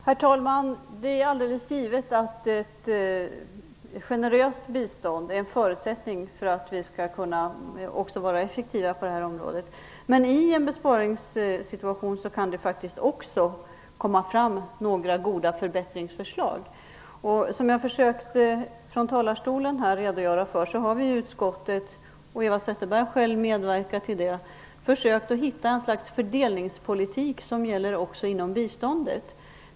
Herr talman! Det är alldeles givet att ett generöst bistånd är en förutsättning för att vi skall kunna vara effektiva på det här området, men i en besparingssituation kan det faktiskt också komma fram några goda förbättringsförslag. Som jag tidigare redogjorde för från talarstolen har vi i utskottet - och Eva Zetterberg har själv medverkat till det - försökt att hitta ett slags fördelningspolitik som gäller också inom biståndet.